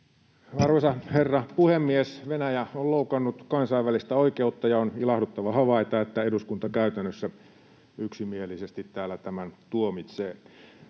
Arvoisa herra puhemies! Venäjä on loukannut kansainvälistä oikeutta, ja on ilahduttavaa havaita, että eduskunta käytännössä yksimielisesti täällä tämän tuomitsee.